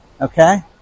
okay